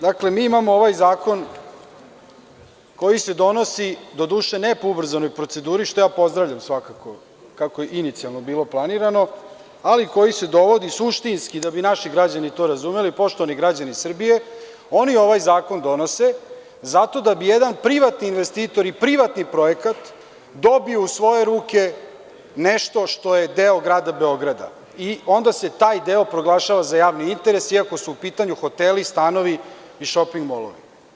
Dakle, mi imamo ovaj zakon koji se donosi, doduše ne po ubrzanoj proceduri, što ja pozdravljam svakako, kako je inicijalno bilo planirano, ali koji se dovodi suštinski da bi naši građani to razumeli, poštovani građani Srbije, oni ovaj zakon donose zato da bi jedan privatni investitor i privatni projekat dobio u svoje ruke nešto što je deo grada Beograda, i onda se taj deo proglašava za javni interes iako su u pitanju hoteli, stanovi i šoping molovi.